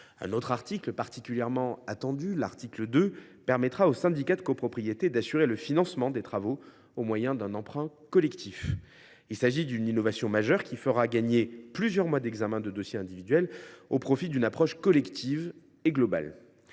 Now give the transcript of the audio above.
2, qui était particulièrement attendu, permettra aux syndicats de copropriété d’assurer le financement des travaux au moyen d’un emprunt collectif. Il s’agit d’une innovation majeure, qui fera gagner plusieurs mois d’examen de dossiers individuels, au profit d’une approche collective et globale.